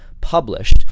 published